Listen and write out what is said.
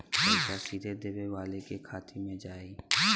पइसा सीधे देवे वाले के खाते में जाई